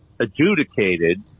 adjudicated